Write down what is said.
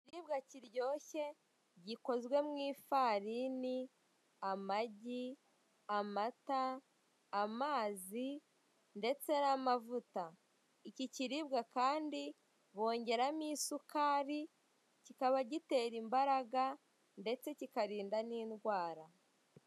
Ikiribwa kiryoshye gikozwe mu ifarini, amagi, amata, amazi ndetse n'amavuta. Iki ikiribwa Kandi bongeramo isukari kikaba gutera imbaraga ndetse kikarinda n'indwara.